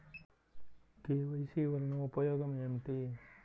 KYC వలన ఉపయోగం ఏమిటీ?